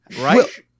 right